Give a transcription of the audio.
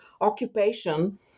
occupation